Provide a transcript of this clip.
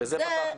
בזה פתחנו.